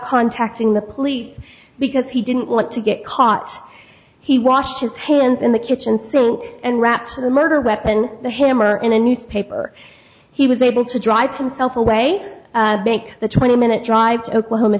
contacting the police because he didn't want to get caught he washed his hands in the kitchen sink and rap to the murder weapon the hammer in a newspaper he was able to drive himself away break the twenty minute drive to oklahoma